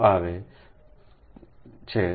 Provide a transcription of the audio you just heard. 2 આવે છે